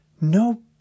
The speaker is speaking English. No